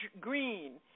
Green